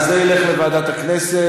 אז זה ילך לוועדת הכנסת.